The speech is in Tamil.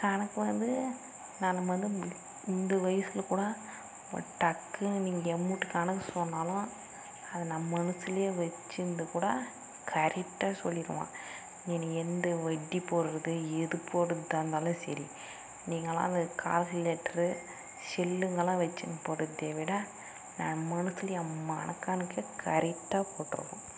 கணக்கு வந்து நான் வந்து இந்த வயசில் கூட இப்போ டக்குனு நீங்கள் எம்முட்டு கணக்கு சொன்னாலும் அதை நான் மனசுலே வச்சுருந்து கூட கரெட்டாக சொல்லிவிடுவேன் நீங்கள் எந்த வட்டி போடுகிறது எது போடுகிறதா இருந்தாலும் சரி நீங்கலாம் அதுக்கு கால்குலேட்ரு செல்லுங்களாம் வச்சுன்னு போடுறதை விட நான் மனசுலே மனக்கணக்கே கரெட்டாக போட்டுருவேன்